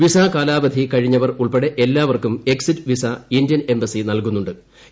visa കാലാവധി കഴിഞ്ഞവർ ഉൾപ്പെടെ എല്ലാവർക്കും എക്സിറ്റ് വിസ ഇന്ത്യൻ എംബസി നൽകുന്നു ്